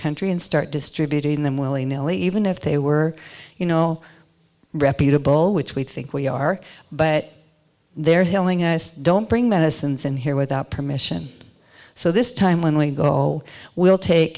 country and start distributing them willy nilly even if they were you know reputable which we think we are but they're telling us don't bring medicines in here without permission so this time when we go we'll take